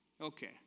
Okay